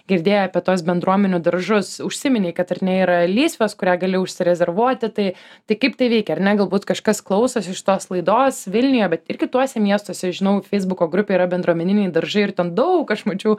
girdėję apie tuos bendruomenių daržus užsiminei kad ar ne yra lysvės kurią gali užsirezervuoti tai tai kaip tai veikia ar ne galbūt kažkas klausosi šitos laidos vilniuje bet ir kituose miestuose žinau feisbuko grupėj yra bendruomeniniai daržai ir ten daug aš mačiau